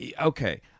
okay